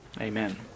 Amen